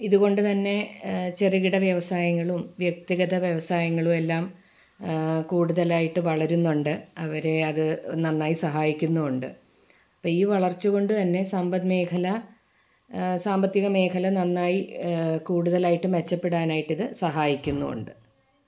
ഇതുകൊണ്ട് തന്നെ ചെറുകിട വ്യവസായങ്ങളും വ്യക്തിഗത വ്യവസായങ്ങളും എല്ലാം കൂടുതലായിട്ട് വളരുന്നുണ്ട് അവരെ അത് നന്നായി സഹായിക്കുന്നും ഉണ്ട് ഇപ്പം ഈ വളർച്ച കൊണ്ട് തന്നെ സമ്പത് മേഖല സാമ്പത്തിക മേഖല നന്നായി കൂടുതലായിട്ട് മെച്ചപ്പെടാനായിട്ടിത് സഹായിക്കുന്നും ഉണ്ട്